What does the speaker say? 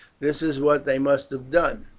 this is what they must have done.